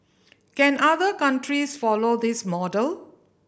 can other countries follow this model